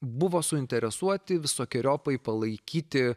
buvo suinteresuoti visokeriopai palaikyti